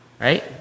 right